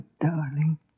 darling